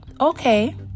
Okay